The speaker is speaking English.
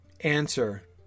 answer